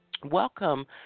Welcome